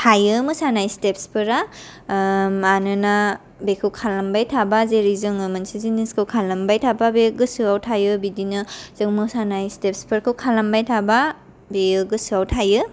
थायो मोसानाय स्टेप्सफोरा ओ मानोना बेखौ खालामबाय थाबा जेरै जोङो मोनसे जिनिसखौ खालामबाय थाबा गोसोआव थायो बिदिनो जों मोसानाय स्टेप्सफोरखौ खालामबाय थाबा बेयो गोसोआव थायो